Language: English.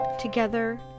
Together